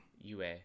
ua